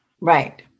Right